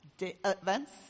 events